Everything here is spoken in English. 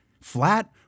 Flat